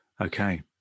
Okay